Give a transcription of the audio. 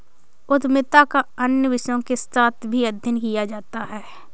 उद्यमिता का अन्य विषयों के साथ भी अध्ययन किया जाता है